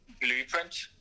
blueprint